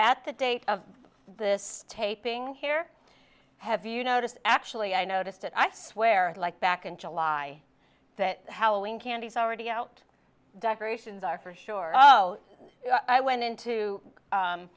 at the date of this taping here have you noticed actually i noticed it i swear like back in july that halloween candy is already out decorations are for sure oh you know i went into